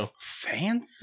Fancy